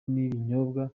n’ibinyobwa